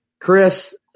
Chris